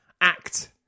act